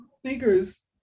Sneakers